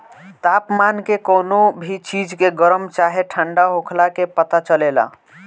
तापमान के कवनो भी चीज के गरम चाहे ठण्डा होखला के पता चलेला